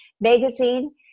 Magazine